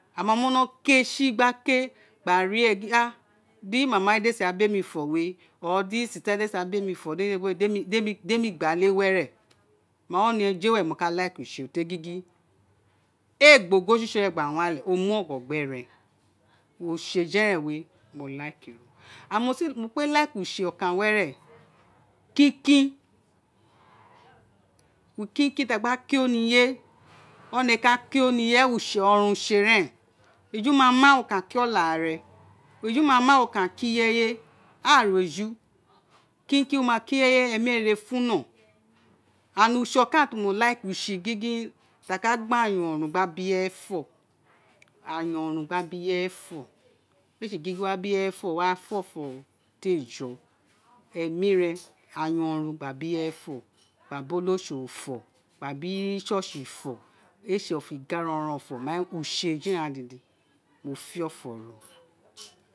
Aghan mámo nọ ké si gbaké gba ri e gin á di mama éè si wa bé mi to wé or di sister éè si bé mi fọ dé mi gba lé were mo gin o nẹ jé mo ka like si gin ee gbe goge su su gban àle o mu ọgho gbẹrẹ usẹ jẹ eren wé mo like rol and mo kpe like usé ọkan were kinkin ukinkin ti a gba kin oniyé one ka kin oniye ẹrẹn ọrọnrọn usé rẹn esu mo me wo kakin oláàre éjuma ma wo ka kin ireye áà ró éju kilain wo ma kin ireye emi re dede furo and usé okan like kalike we gingin wo ka gbe ayor urun gba gbi ireye na nyo urun gba gbi ireyé fe éè bé gin wo wa bi urye fo wo wa fo ofo ti éè jọ ini emi re ayon run gba gbi ireye fọ igba bi olosaro fọ gba bi ira church fo éè sé ofo igara oronfo mo fin eju ighaan dédé mo fe ofi ro